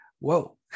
whoa